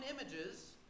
images